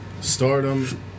stardom